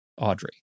Audrey